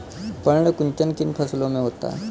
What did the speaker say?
पर्ण कुंचन किन फसलों में होता है?